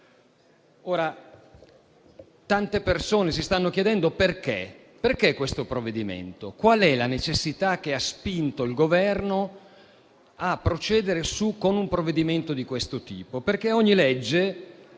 Tante persone si stanno chiedendo il motivo di questo provvedimento. Qual è la necessità che ha spinto il Governo a procedere con un provvedimento di questo tipo? Ogni legge